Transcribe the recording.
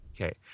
Okay